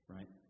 Right